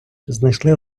знайшли